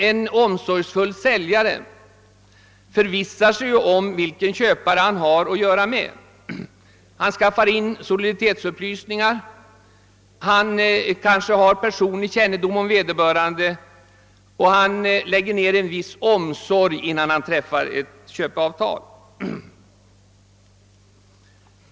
En omsorgsfull säljare förvissar sig därför om vilken köpare han har att göra med. Han skaffar soliditetsupplysningar, har kanske personlig kännedom om vederbörande och han lägger ned en viss omsorg innan han träffar ett köpeavtal.